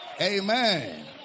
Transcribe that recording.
Amen